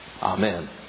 Amen